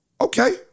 Okay